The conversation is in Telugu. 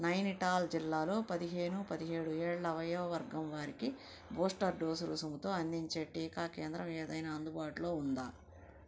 నైనిటాల్ జిల్లాలో పదిహేను పదిహేడు ఏళ్ళ వయోవర్గం వారికి బూస్టర్ డోసు రుసుముతో అందించే టీకా కేంద్రం ఏదైనా అందుబాటులో ఉందా